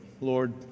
Lord